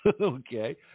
Okay